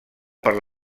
per